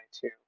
two